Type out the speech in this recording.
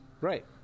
right